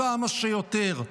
כמה שיותר.